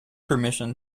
permission